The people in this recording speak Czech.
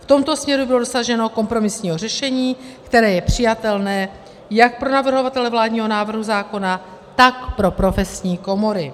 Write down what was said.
V tomto směru bylo dosaženo kompromisního řešení, které je přijatelné jak pro navrhovatele vládního návrhu zákona, tak pro profesní komory.